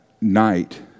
night